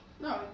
No